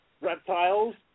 reptiles